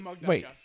Wait